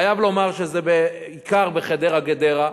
אני חייב לומר שזה בעיקר בחדרה גדרה,